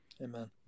Amen